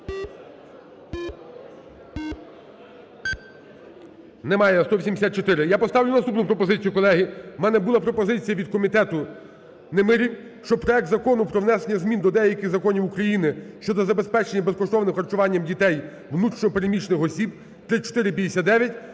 Немає, 184. Я поставлю наступну пропозицію, колеги. В мене була пропозицію від комітету Немирі, щоб проект Закону про внесення змін до деяких законів України щодо забезпечення безкоштовним харчуванням дітей внутрішньо переміщених осіб, 3459,